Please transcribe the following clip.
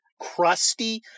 crusty